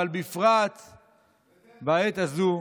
אבל בפרט בעת הזו,